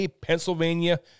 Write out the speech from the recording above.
Pennsylvania